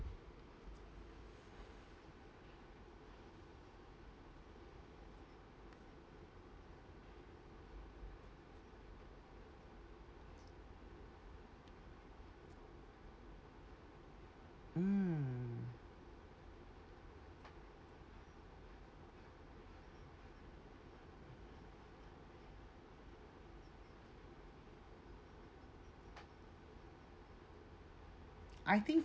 mm I think